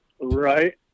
Right